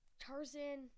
Tarzan